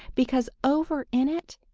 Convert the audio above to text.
because over in it,